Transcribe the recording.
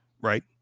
right